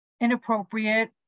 inappropriate